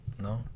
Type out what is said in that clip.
No